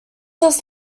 does